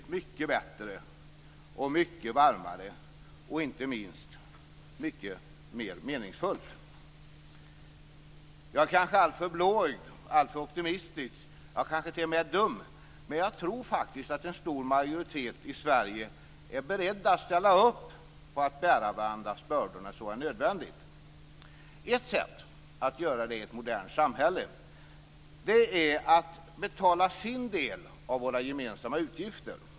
Statsministern citerade förresten dessa ord här i debatten i går. Jag är kanske är alltför blåögd och optimistisk och kanske t.o.m. dum, men jag tror faktiskt att en stor majoritet i Sverige är beredda att ställa upp på att bära varandras bördor när så är nödvändigt. Ett sätt att göra det i ett modernt samhälle är att betala sin del av våra gemensamma utgifter.